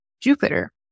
Jupiter